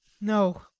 no